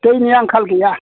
दैनि आंखाल गैया